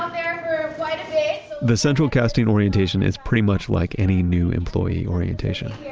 um the central casting orientation is pretty much like any new employee orientation yeah